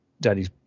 daddy's